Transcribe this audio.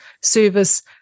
service